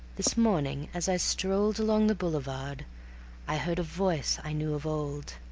this morning as i strolled along the boulevard i heard a voice i knew of old.